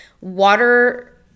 water